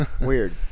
Weird